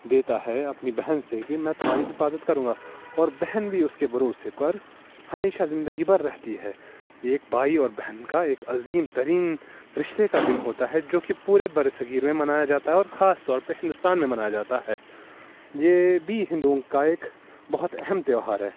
دیتا ہے اپنی بہن سے کہ میں تمہاری حفاظت کروں گا اور بہن بھی اس کے بھروسے پر ہمیشہ زندگی بر رہتی ہے ایک بھائی اور بہن کا ایک عظیم ترین رشتے کا دن ہوتا ہے جو کہ پورے بر صغیر میں منایا جاتا ہے اور خاص طور پہ ہندوستان میں منایا جاتا ہے یہ بی ہندوؤں کا ایک بہت اہم تہوار ہے